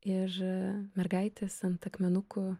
ir mergaitės ant akmenukų